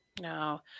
No